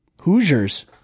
Hoosiers